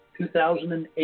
2008